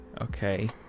Okay